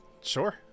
Sure